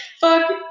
fuck